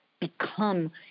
become